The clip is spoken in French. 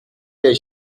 les